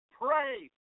Pray